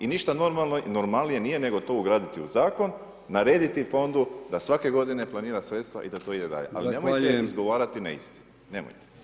I ništa normalnije nije nego to ugraditi u zakon, narediti fondu da svake godine planira sredstava i da to ide dalje [[Upadica: Zahvaljujem.]] ali nemojte izgovarati neistinu, nemojte.